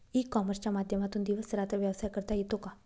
E कॉमर्सच्या माध्यमातून दिवस रात्र व्यवसाय करता येतो का?